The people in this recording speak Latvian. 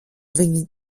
viņi